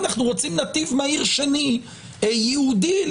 אנחנו רוצים נתיב מהיר שני, ייעודי'.